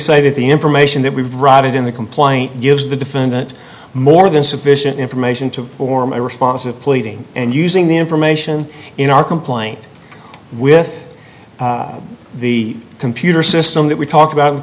say that the information that we brought it in the complaint gives the defendant more than sufficient information to form a responsive pleading and using the information in our complaint with the computer system that we talked about